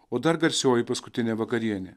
o dar garsioji paskutinė vakarienė